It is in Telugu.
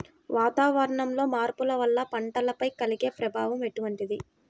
వాతావరణంలో మార్పుల వల్ల పంటలపై కలిగే ప్రభావం ఎటువంటిది?